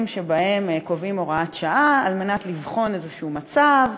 שבהם קובעים הוראת שעה כדי לבחון מצב כלשהו,